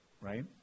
right